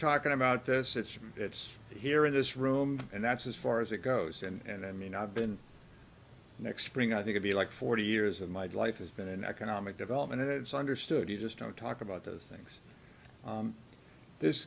talking about this issue it's here in this room and that's as far as it goes and i mean i've been next spring i think it be like forty years of my life has been an economic development and it's understood you just don't talk about those things